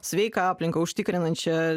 sveiką aplinką užtikrinančią